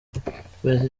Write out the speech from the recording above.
igipolisi